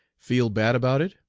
feel bad about it?